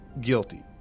guilty